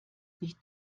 nicht